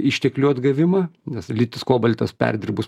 išteklių atgavimą nes litis kobaltas perdirbus